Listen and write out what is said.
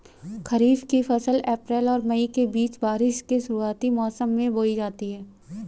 खरीफ़ की फ़सल अप्रैल और मई के बीच, बारिश के शुरुआती मौसम में बोई जाती हैं